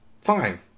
fine